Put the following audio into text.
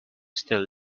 still